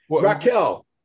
raquel